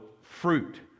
fruit